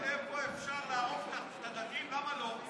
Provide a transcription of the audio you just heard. אבל איפה שאפשר לערוף את הדתיים, למה לא?